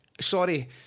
sorry